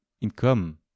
income